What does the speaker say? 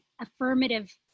affirmative